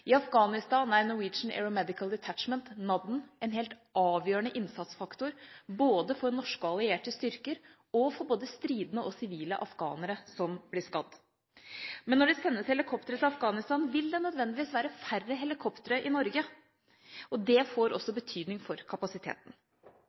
I Afghanistan er Norwegian Aeromedical Detachment, NAD, en helt avgjørende innsatsfaktor både for norske og allierte styrker og for stridende og sivile afghanere som blir skadd. Men når det sendes helikoptre til Afghanistan, vil det nødvendigvis være færre helikoptre i Norge. Det får også